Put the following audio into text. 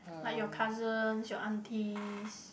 like your cousins your aunties